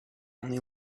only